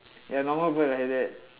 ya normal bird like that